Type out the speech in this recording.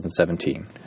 2017